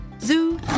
Zoo